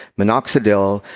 minoxidil,